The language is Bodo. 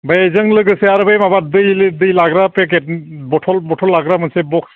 बेजों लोगोसे आरो बे माबा दै दै लाग्रा पेकेट बटल बटल लाग्रा मोनसे बक्स